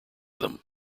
them